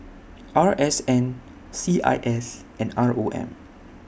R S N C I S and R O M